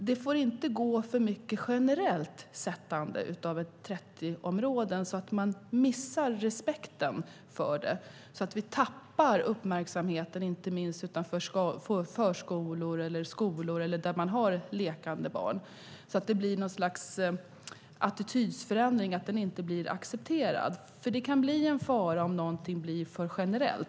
Det får inte för mycket bli ett generellt sättande av 30-områden så att vi tappar respekten för det och minskar uppmärksamheten utanför förskolor, skolor eller där man har lekande barn. Det kan bli något slags attitydförändring så att det inte blir accepterat. Det kan bli en fara om någonting blir för generellt.